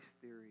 theory